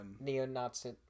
Neo-Nazi